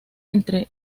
entre